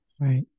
Right